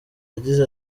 yagize